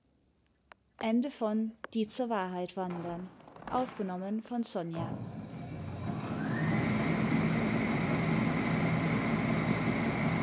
die zur wahrheit wandern die